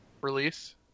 release